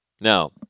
Now